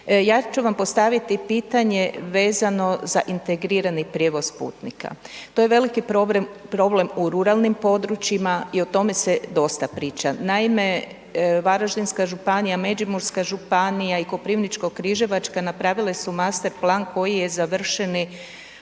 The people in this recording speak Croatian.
Ja ću vam postaviti pitanje vezano za integrirani prijevoz putnika. To je veliki problem u ruralnim područjima i o tome se dosta priča. Naime, Varaždinska županija, Međimurska županija i Koprivničko-križevačka napravile su master plan koji je završen